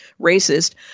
racist